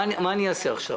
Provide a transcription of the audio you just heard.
מה אני אעשה עכשיו?